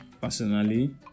personally